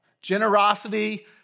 Generosity